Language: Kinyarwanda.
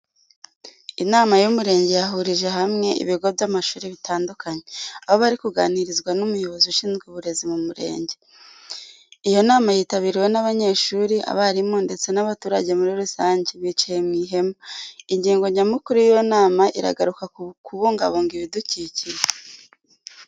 Inama y'umurenge yahurije hamwe ibigo by'amashuri bitandukanye, aho bari kuganirizwa n'umuyobozi ushinzwe uburezi mu murenge. Iyo nama yitabiriwe n'abanyeshyuri, abarimu ndetse n'abaturage muri rusange, bicaye mu ihema. Ingingo nyamukuru y'iyo nama iragaruka ku kubungabunga ibidukikije.